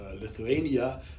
Lithuania